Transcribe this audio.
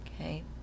okay